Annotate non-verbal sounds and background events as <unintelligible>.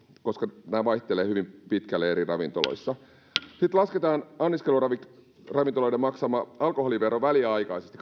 koska nämä vaihtelevat hyvin pitkälle eri ravintoloissa sitten lasketaan anniskeluravintoloiden maksama alkoholivero väliaikaisesti <unintelligible>